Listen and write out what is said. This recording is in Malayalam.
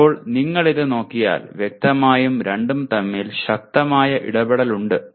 ഇപ്പോൾ നിങ്ങൾ ഇത് നോക്കിയാൽ വ്യക്തമായും രണ്ടും തമ്മിൽ ശക്തമായ ഇടപെടൽ ഉണ്ട്